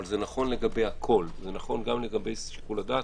אבל זה נכון לגבי הכול גם לגבי שיקול הדעת.